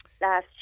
last